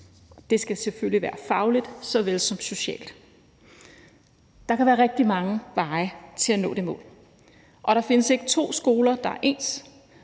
det skal selvfølgelig være fagligt såvel som socialt. Der kan være rigtig mange veje til at nå det mål, og der findes ikke to skoler, der er ens,